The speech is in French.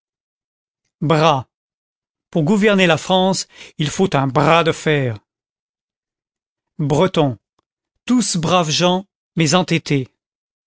bras pour gouverner la france il faut un bras de fer bretons tous braves gens mais entêtés